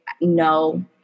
No